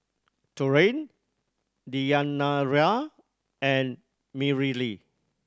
Taurean Deyanira and Mareli